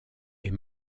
est